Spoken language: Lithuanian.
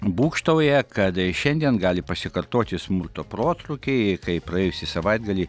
būgštauja kad šiandien gali pasikartoti smurto protrūkiai kai praėjusį savaitgalį